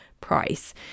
price